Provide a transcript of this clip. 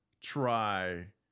try